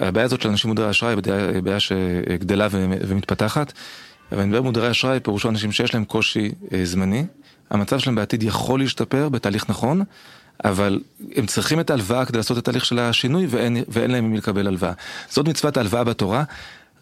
הבעיה הזאת של אנשים עם מודרי אשראי היא בעיה שגדלה ומתפתחת אבל אנשים עם מודרי אשראי פירושו אנשים שיש להם קושי זמני המצב שלהם בעתיד יכול להשתפר בתהליך נכון אבל הם צריכים את ההלוואה כדי לעשות את תהליך של השינוי ואין להם עם מי לקבל הלוואה. זאת מצוות ההלוואה בתורה